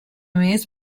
més